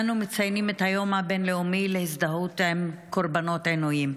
אנו מציינים את היום הבין-לאומי להזדהות עם קורבנות עינויים.